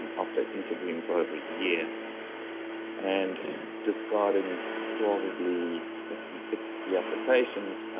um after interviewing for over a year and discarding probably fifty, sixty applications,